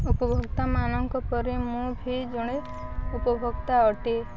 ଉପଭୋକ୍ତାମାନଙ୍କ ପରି ମୁଁ ବି ଜଣେ ଉପଭୋକ୍ତା ଅଟେ